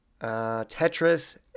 Tetris